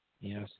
Yes